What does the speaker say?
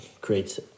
creates